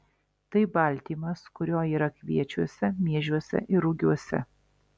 tai baltymas kurio yra kviečiuose miežiuose ir rugiuose